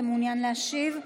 אתה מעוניין להשיב?